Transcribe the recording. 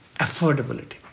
affordability